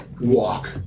Walk